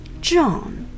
John